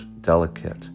delicate